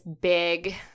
big